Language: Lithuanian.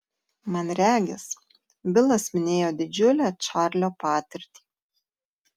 man regis bilas minėjo didžiulę čarlio patirtį